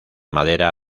madera